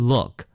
Look